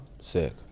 Sick